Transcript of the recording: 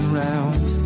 round